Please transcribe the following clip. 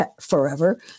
forever